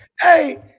Hey